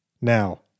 Now